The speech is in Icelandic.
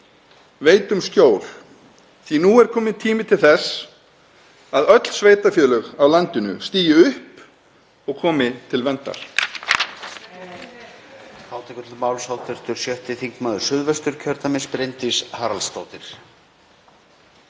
veitum skjól, því nú er kominn tími til þess að öll sveitarfélög á landinu stígi upp og komi til verndar.